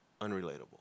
unrelatable